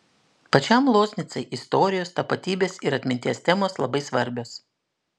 pačiam loznicai istorijos tapatybės ir atminties temos labai svarbios